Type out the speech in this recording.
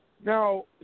Now